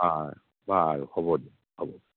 অ বাৰু হ'ব দিয়ক হ'ব